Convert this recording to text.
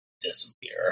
disappear